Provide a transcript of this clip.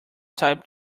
type